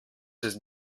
ist